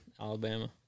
Alabama